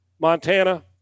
Montana